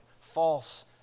false